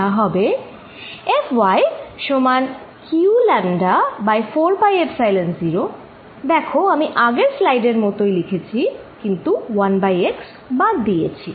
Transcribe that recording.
যা হবে Fy সমান q λ বাই 4 পাই এপসাইলন 0 দেখো আমি আগের স্লাইডের মতই লিখেছি কিন্তু 1x বাদ দিয়েছি